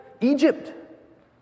Egypt